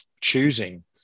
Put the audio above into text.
choosing